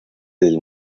del